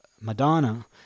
Madonna